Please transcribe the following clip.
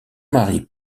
mari